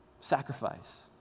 Sacrifice